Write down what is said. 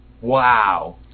wow